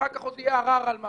ואחר כך עוד יהיה ערער על משהו,